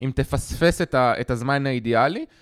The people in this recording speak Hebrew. אם תפספס את הזמן האידיאלי